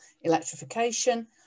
electrification